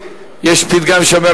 יש פתגם שאומר,